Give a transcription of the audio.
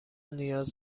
نیاز